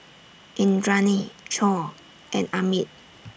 Indranee Choor and Amit